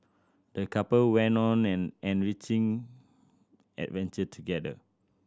the couple went on an enriching adventure together